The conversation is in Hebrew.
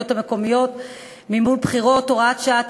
המקומיות (מימון בחירות) (הוראת שעה),